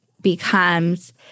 becomes